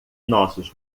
nossos